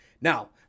Now